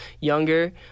younger